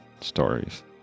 stories